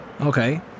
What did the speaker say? Okay